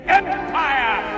empire